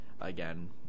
again